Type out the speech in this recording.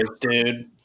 dude